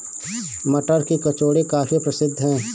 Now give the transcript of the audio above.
मटर की कचौड़ी काफी प्रसिद्ध है